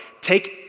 Take